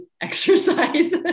exercise